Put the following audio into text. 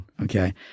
Okay